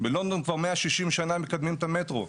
בלונדון כבר 160 שנה מקדמים את המטרו,